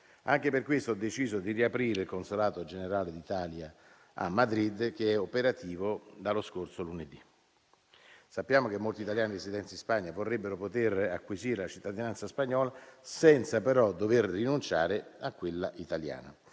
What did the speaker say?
Anche per questo ho deciso di riaprire il consolato generale d'Italia a Madrid, che è operativo dallo scorso lunedì. Sappiamo che molti italiani residenti in Spagna vorrebbero poter acquisire la cittadinanza spagnola, senza però dover rinunciare a quella italiana.